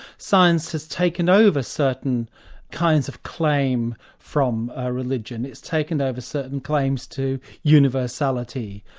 science has taken over certain kinds of claim from ah religion, it's taken over certain claims to universality,